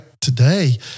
today